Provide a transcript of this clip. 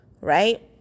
right